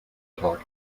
tag